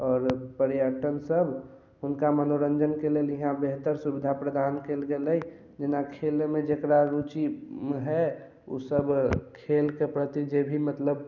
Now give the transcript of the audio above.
आओर पर्यटक सब हुनका मनोरंजन के लेल यहाँ बेहतर सुविधा प्रदान कयल गेलै जेना खेलै मे जेकरा रुचि है ओसब खेल के प्रति जे भी मतलब